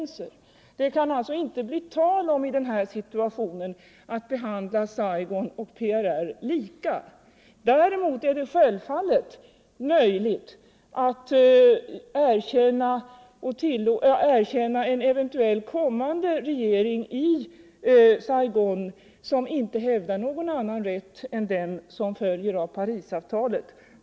I den här situationen kan det alltså inte bli tal om att behandla Saigon och PRR lika. Däremot är det självfallet möjligt att erkänna en eventuell kommande regering i Saigon som inte hävdar någon annan rätt än den som följer av Parisavtalet.